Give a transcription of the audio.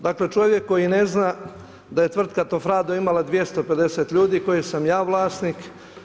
Dakle, čovjek koji ne zna da je tvrtka „Tofrado“ imala 250 ljudi koje sam ja vlasnik.